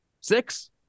six